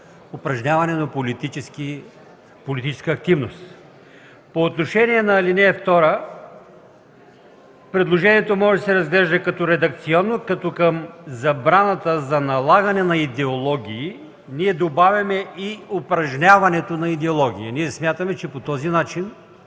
упражняването на политическа активност. По отношение на ал. 2 предложението може да се разглежда като редакционно, като към забраната на идеологии ние добавяме „и упражняването на идеологии”. Смятаме, че по този начин